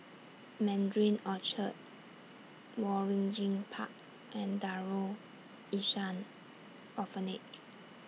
Mandarin Orchard Waringin Park and Darul Ihsan Orphanage